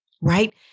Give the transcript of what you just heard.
right